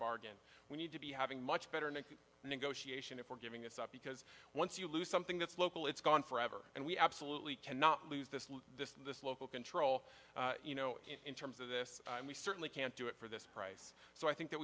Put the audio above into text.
bargain we need to be having much better in a negotiation if we're giving this up because once you lose something that's local it's gone forever and we absolutely cannot lose this this and this local control you know in terms of this and we certainly can't do it for this price so i think that